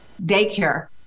daycare